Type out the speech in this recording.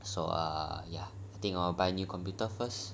so err ya I think I will buy new computer first